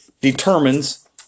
determines